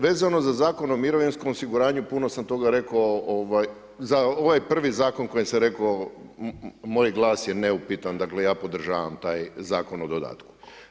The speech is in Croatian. Vezano za Zakon o mirovinskom osiguranju, puno sam toga rekao za ovaj prvi zakon o kojem sam rekao, moj glas je neupitan, dakle ja podržavam taj Zakon o dodatku.